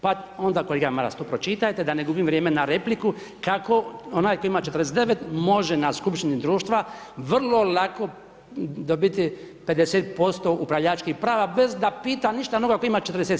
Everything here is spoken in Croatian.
Pa onda kolega Maras to pročitajte da ne gubim vrijeme na repliku kako onaj koji ima 49 može na skupštini društva vrlo lako dobiti 50% upravljačkih prava bez da pita ništa onoga koji ima 47.